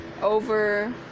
over